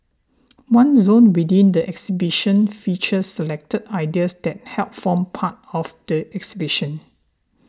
one zone within the exhibition features selected ideas that helped form part of the exhibition